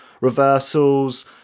reversals